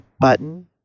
button